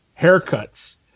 haircuts